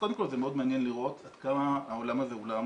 קודם כל זה מאוד מעניין לראות עד כמה העולם הזה הוא עולם